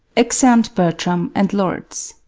exeunt bertram and lords